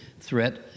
threat